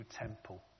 temple